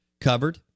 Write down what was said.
covered